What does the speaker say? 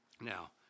Now